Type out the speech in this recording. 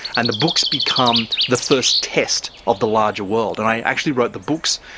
and the books become the first test of the larger world. and i actually wrote the books,